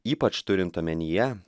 ypač turint omenyje